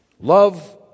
Love